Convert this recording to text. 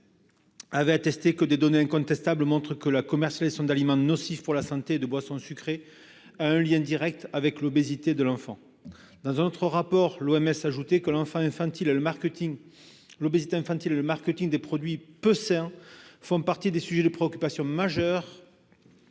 l'enfant attestait que « des données incontestables montrent que la commercialisation d'aliments nocifs pour la santé et de boissons sucrées a un lien direct avec l'obésité de l'enfant ». Dans un autre rapport, l'OMS ajoutait que « l'obésité infantile et le marketing des produits peu sains font partie des sujets de préoccupation majeurs